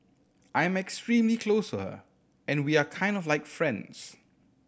I am extremely close her and we are kind of like friends